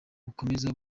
bukomeye